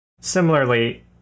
similarly